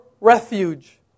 refuge